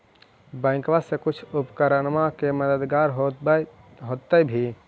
बैंकबा से कुछ उपकरणमा के मददगार होब होतै भी?